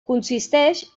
consisteix